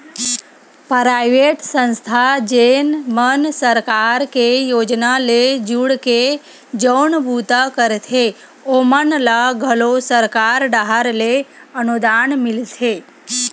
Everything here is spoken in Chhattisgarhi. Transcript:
पराइवेट संस्था जेन मन सरकार के योजना ले जुड़के जउन बूता करथे ओमन ल घलो सरकार डाहर ले अनुदान मिलथे